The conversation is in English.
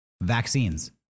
Vaccines